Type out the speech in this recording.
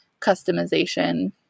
customization